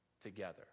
together